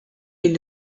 est